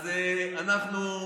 אז אנחנו,